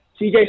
CJ